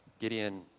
Gideon